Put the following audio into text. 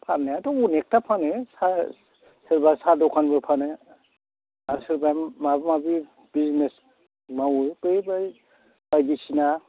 फाननायाथ' अनेखथा फानो सोरबा साहा दखानबो फानो आरो सोरबा माबा माबि बिजनेस मावो बे बायदिसिना